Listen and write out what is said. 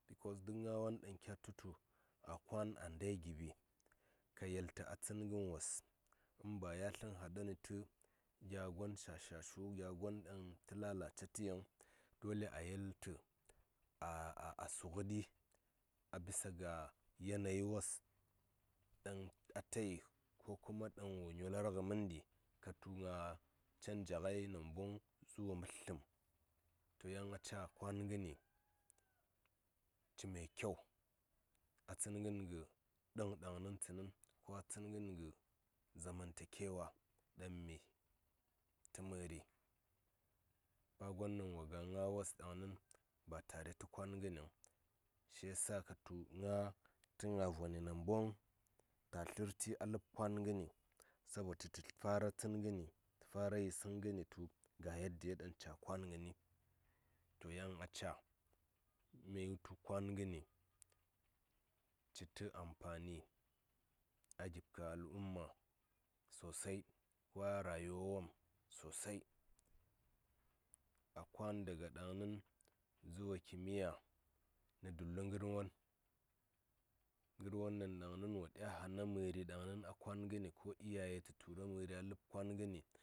Bikos duk ngaa won ɗaŋ kya tutu a kwan a ndai giɓi ka yel tə a tsən ngən wos in ba ya sə haɗa ni tə gya gon shasahashshu gya gon ɗan tə lala ce tə yiŋ dole a yel tə a a a su ngəɗi bisa ga yanayi wos ɗaŋ atayi ko kuma ɗaŋ wo nyolar ngə məndi ka tu nga canji ngai namboŋ zuwa mbətləm to yan a caa kwan ngəni ci me kyau a tsən ngən gə dəŋ daŋnin tsənin ko a tsən ngən kəkə zaman takewa daŋ mi tə məri ba gon ɗaŋ wo ga ngaa wos ɗaŋnin ba tare tə kwan ngəniŋ shi ya sa ka tu ngaa tə nga voni namboŋ ta tlər ti a ləb kwan ngəni sabo tu tə fara tsən gən yisəŋ gəni tu ga yaddiyo ɗaŋ ca kwan ngəndi to yan a caa mə yi tu kwan ngəni citə ampani a gipkə al'umma sosai ko a rayuwa wom sosai a kwan daga ɗaŋnin zuwa kimiyya nə dullu ngər won ngər won ɗaŋ wo ɗya hana məri ɗaŋnin a kwan ngəni ko iyayi tə tura məria ləb kwan ngəni.